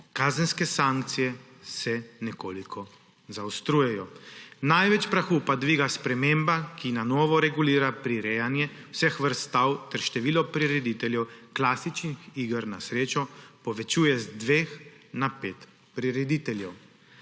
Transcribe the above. kazenske sankcije se nekoliko zaostrujejo. Največ prahu pa dviga sprememba, ki na novo regulira prirejanje vseh vrst stav ter število prirediteljev klasičnih iger na srečo povečuje z dveh na pet prirediteljev.